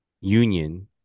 Union